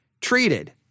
treated